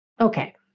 Okay